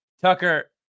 Tucker